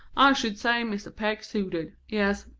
i should say mr. peck suited. yes,